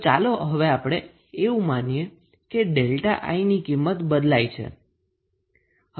તો હવે ચાલો હવે આપણે એવું માનીએ કે 𝛥𝐼 ની કિંમત બદલાય છે